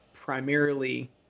primarily